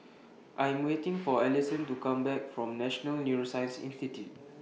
I Am waiting For Alyson to Come Back from National Neuroscience in City